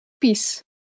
peace